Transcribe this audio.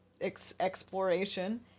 exploration